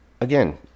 Again